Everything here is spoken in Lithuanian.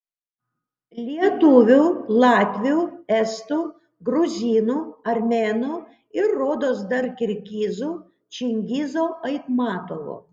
lietuvių latvių estų gruzinų armėnų ir rodos dar kirgizų čingizo aitmatovo